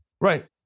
right